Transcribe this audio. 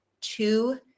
two